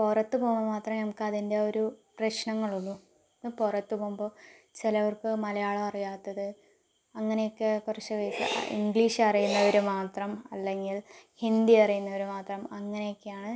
പുറത്ത് പോകുമ്പോൾ മാത്രമേ നമുക്കതിൻ്റെ ആ ഒരു പ്രശ്നങ്ങളുള്ളൂ പുറത്ത് പോകുമ്പോൾ ചിലവർക്ക് മലയാളം അറിയാത്തത് അങ്ങനെയൊക്കെ കുറച്ച് പേർക്ക് ഇംഗ്ലീഷ് അറിയുന്നവരും മാത്രം അല്ലെങ്കിൽ ഹിന്ദി അറിയുന്നവര് മാത്രം അങ്ങനെയക്കെയാണ്